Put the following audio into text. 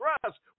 trust